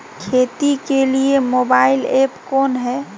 खेती के लिए मोबाइल ऐप कौन है?